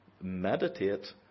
Meditate